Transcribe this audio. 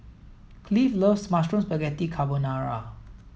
Cleve loves Mushroom Spaghetti Carbonara